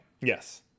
yes